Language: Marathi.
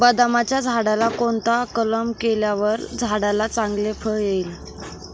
बदामाच्या झाडाला कोणता कलम केल्यावर झाडाला चांगले फळ येईल?